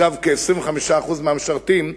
דרך אגב, כ-25% מהמשרתים,